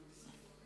ובכן,